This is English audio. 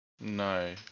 no